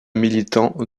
militant